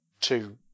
two